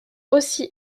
aussi